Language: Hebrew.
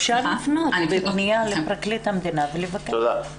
תודה.